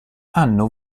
hanno